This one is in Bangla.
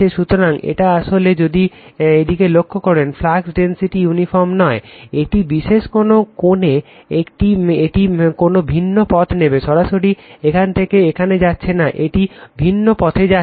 সুতরাং এটা আসলে যদি এদিকে লক্ষ্য করুন ফ্লাক্স ডেনসিটি ইউনিফর্ম নয় একটি বিশেষ কোণে এটি কোনো ভিন্ন পথ নেবে সরাসরি এখান থেকে এখানে যাচ্ছে না এটি কোনো ভিন্ন পথে যাচ্ছে